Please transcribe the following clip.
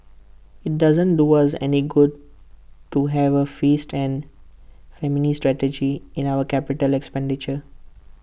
IT doesn't do us any good to have A feast and famine strategy in our capital expenditure